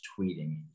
tweeting